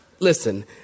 listen